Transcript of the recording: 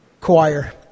choir